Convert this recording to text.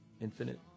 infinite